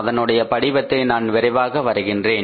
அதனுடைய படிவத்தை நான் விரைவாக வரைகிறேன்